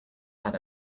had